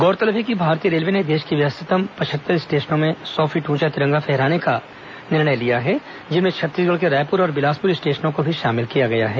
गौरतलब है कि भारतीय रेलवे ने देश के व्यस्ततम पचहत्तर स्टेशनों में सौ फीट ऊंचा तिरंगा फहराने का निर्णय लिया है जिनमें छत्तीसगढ़ के रायपुर और बिलासपुर स्टेशनों को भी शामिल किया गया है